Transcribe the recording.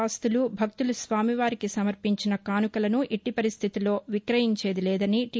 ఆస్తులు భక్తులు స్వామివారికి సమర్పించుకున్న కానుకలను ఎట్టిపరిస్టితుల్లోనూ విక్రయించేది లేదని టీ